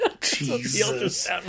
Jesus